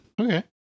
Okay